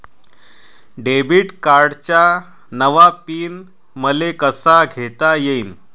Debit कार्डचा नवा PIN मले कसा घेता येईन?